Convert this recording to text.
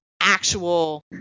actual